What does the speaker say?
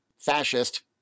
fascist